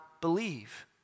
believe